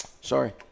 Sorry